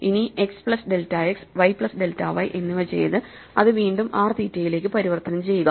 ഇനി x plus delta x y plus delta y എന്നിവ ചെയ്ത് അത് വീണ്ടും r തീറ്റയിലേക്ക് പരിവർത്തനം ചെയ്യുക